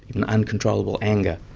an uncontrollable anger.